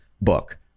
book